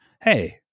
Hey